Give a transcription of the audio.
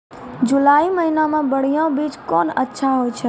जुलाई महीने मे बढ़िया बीज कौन अच्छा होय छै?